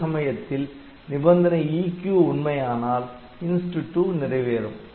இந்த சமயத்தில் நிபந்தனை EQ உண்மையானால் Inst 2 நிறைவேறும்